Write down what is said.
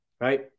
Right